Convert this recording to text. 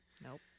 Nope